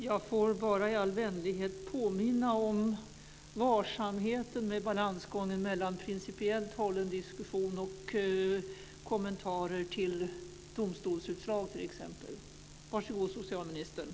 Jag får bara i all vänlighet påminna om varsamheten med balansgången mellan principiellt hållen diskussion och kommentarer t.ex. till domstolsutslag.